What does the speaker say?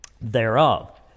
thereof